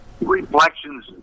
reflections